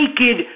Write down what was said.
naked